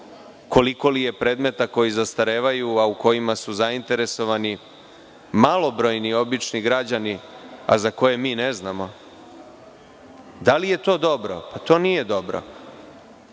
Koliko li je predmeta koji zastarevaju a u kojima su zainteresovani malobrojni obični građani, a za koje mi ne znamo? Da li je to dobro? To nije dobro.